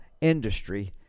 industry